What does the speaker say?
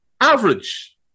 average